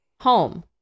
home